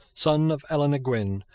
son of eleanor gwynn,